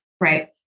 right